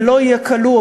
ולא יהיה כלוא,